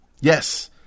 Yes